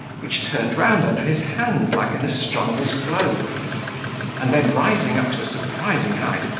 which turned round under his hand, like an astronomer's globe and then, rising up to a surprising height,